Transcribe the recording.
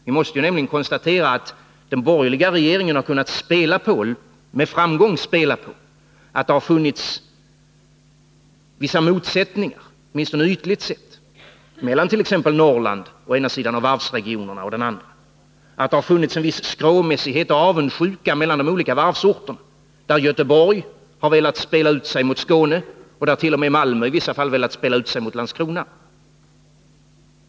Vi måste nämligen konstatera att den borgerliga regeringen med framgång har kunnat spela på att det har funnits vissa motsättningar — åtminstone ytligt sett — mellan t.ex. Norrland, å ena sidan, och varvsregionerna, å andra sidan, att det har funnits en skråmässighet och avundsjuka mellan de olika varvsorterna, där Göteborg har velat spela ut sig mot Skåne och därt.o.m. Malmö i vissa fall velat spela ut sig mot Landskrona.